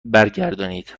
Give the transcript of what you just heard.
برگردانید